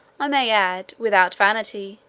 i may add, without vanity,